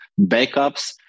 backups